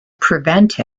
prevent